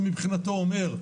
שמבחינתו אומר,